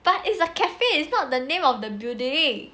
but it's a cafe is not the name of the building